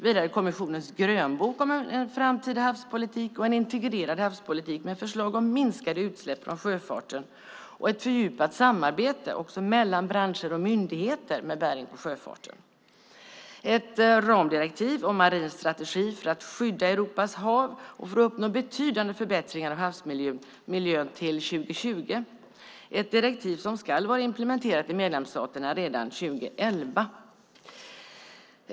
Det är kommissionens grönbok om en framtida havspolitik och en integrerad havspolitik med förslag om minskade utsläpp från sjöfarten och ett fördjupat samarbete mellan branscher och myndigheter med bäring på sjöfarten. Det gäller ett ramdirektiv om marin strategi för att skydda Europas hav och för att uppnå betydande förbättringar av havsmiljön till 2020. Det är ett direktiv som ska vara implementerat i medlemsstaterna redan 2011.